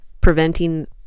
preventing